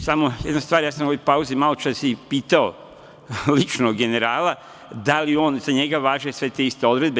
Samo još jedna stvar, ja sam u ovoj pauzi malo čas i pitao lično generala, da li i za njega važe sve te iste odredbe.